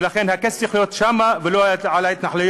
ולכן הכסף צריך להיות שם ולא בהתנחלויות.